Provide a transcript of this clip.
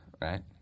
right